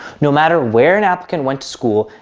no matter where an applicant went to school,